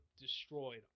destroyed